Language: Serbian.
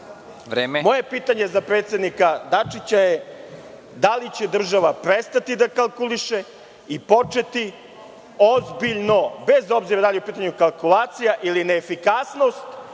pitanje za predsednika Dačića je – da li će država prestati da kalkuliše i početi ozbiljno, bez obzira da li je upitanju kalkulacija ili neefikasnost,